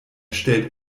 stellt